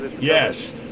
Yes